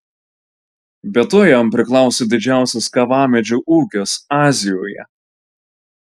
be to jam priklauso didžiausias kavamedžių ūkis azijoje